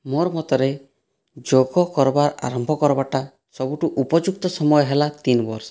ମୋର୍ ମତରେ ଯୋଗ କରବାର ଆରମ୍ଭ କରବାଟା ସବୁଠୁ ଉପଯୁକ୍ତ ସମୟ ହେଲା ତିନ ବର୍ଷ